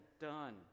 done